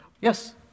Yes